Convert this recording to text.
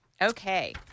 okay